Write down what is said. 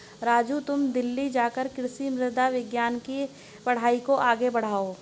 राजू तुम दिल्ली जाकर कृषि मृदा विज्ञान के पढ़ाई को आगे बढ़ाओ